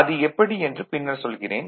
அது எப்படி என்று பின்னர் சொல்கிறேன்